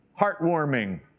heartwarming